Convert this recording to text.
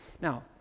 Now